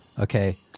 okay